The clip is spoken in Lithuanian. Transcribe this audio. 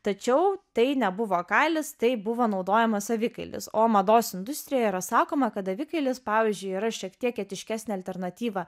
tačiau tai nebuvo kailis tai buvo naudojamas avikailis o mados industrijoj yra sakoma kad avikailis pavyzdžiui yra šiek tiek etiškesnė alternatyva